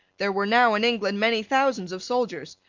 there were now in england many thousands of soldiers,